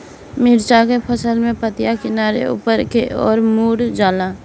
मिरचा के फसल में पतिया किनारे ऊपर के ओर मुड़ जाला?